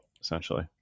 essentially